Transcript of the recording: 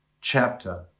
chapter